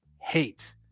hate